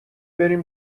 بریم